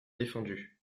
défendu